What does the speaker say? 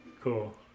cool